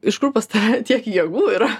iš kur pas tave tiek jėgų yra